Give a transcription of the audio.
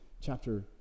chapter